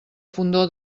fondó